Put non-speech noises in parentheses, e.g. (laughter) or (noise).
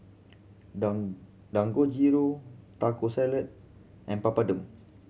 (unintelligible) Dangojiru Taco Salad and Papadum